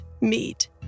meet